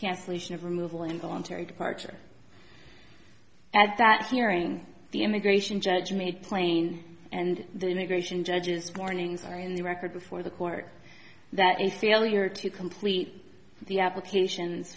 cancellation of removal and voluntary departure at that hearing the immigration judge made plain and the immigration judges warnings are in the record before the court that a failure to complete the applications